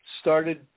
started